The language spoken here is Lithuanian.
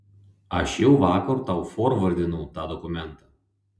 aš jau vakar tau forvardinau tą dokumentą